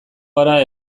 gara